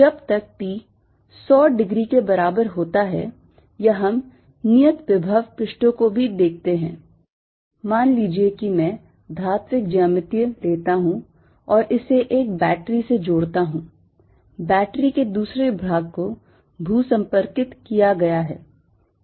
जब तक T 100 degree के बराबर होता है या हम नियत विभव पृष्ठों को भी देखते हैं मान लीजिए कि मैं धात्विक ज्यामिति लेता हूं और इसे एक बैटरी से जोड़ता हूं बैटरी के दूसरे भाग को भू संपर्कित किया गया है